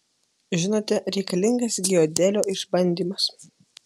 žinote reikalingas giodelio išbandymas